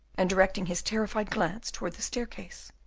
and directing his terrified glance towards the staircase.